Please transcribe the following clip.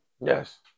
Yes